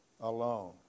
alone